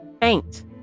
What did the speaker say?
faint